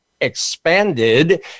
expanded